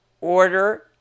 order